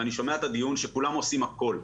אני שומע את הדיון, שכולם עושים הכל.